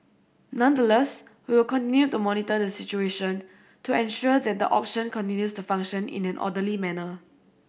nonetheless we will continue to monitor the situation to ensure that the auction continues to function in an orderly manner